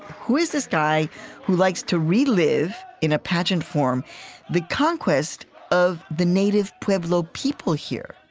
who is this guy who likes to relive in a pageant form the conquest of the native pueblo people here?